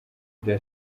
bya